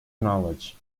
knowledge